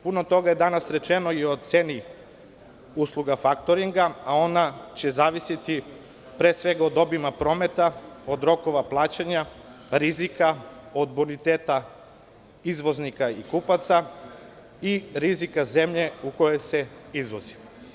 Puno toga je danas rečeno i o ceni usluga faktoringa, a ona će zavisiti pre svega od obima prometa, od rokova plaćanja, rizika, od boniteta izvoznika i kupaca i rizika zemlje u koje se izvozi.